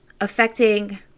affecting